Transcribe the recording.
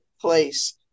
place